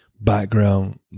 background